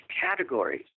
categories